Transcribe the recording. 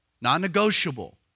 non-negotiable